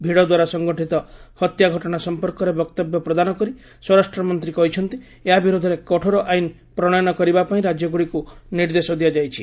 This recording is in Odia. ଭିଡଦ୍ୱାରା ସଙ୍ଗଠିତ ହତ୍ୟା ଘଟଣା ସମ୍ପର୍କରେ ବକ୍ତବ୍ୟ ପ୍ରଦାନ କରି ସ୍ୱରାଷ୍ଟ୍ରମନ୍ତ୍ରୀ କହିଛନ୍ତି ଏହା ବିରୋଧରେ କଠୋର ଆଇନ ପ୍ରଶୟନ କରିବାପାଇଁ ରାଜ୍ୟଗୁଡ଼ିକୁ ନିର୍ଦ୍ଦେଶ ଦିଆଯାଇଛି